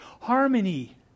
harmony